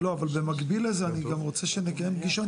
במקביל לזה אני גם רוצה שנקיים פגישה,